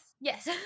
Yes